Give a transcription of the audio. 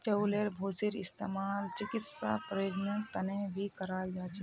चउलेर भूसीर इस्तेमाल चिकित्सा प्रयोजनेर तने भी कराल जा छे